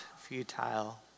futile